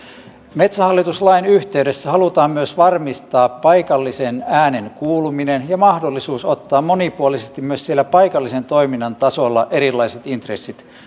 metsähallitus lain yhteydessä halutaan myös varmistaa paikallisen äänen kuuluminen ja mahdollisuus ottaa monipuolisesti myös siellä paikallisen toiminnan tasolla erilaiset intressit